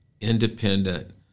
independent